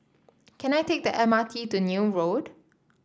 can I take the M R T to Neil Road